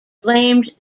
blamed